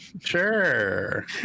Sure